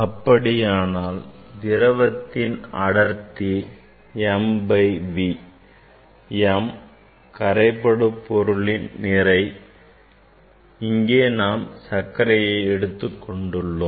அப்படியானால் திரவத்தின் அடர்த்தி m by V m கரை படு பொருளின் நிறை இங்கே நாம் சர்க்கரையை எடுத்துக் கொண்டுள்ளோம்